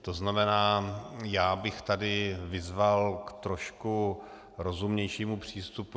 To znamená, já bych tady vyzval k trošku rozumnějšímu přístupu.